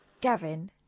Gavin